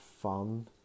fun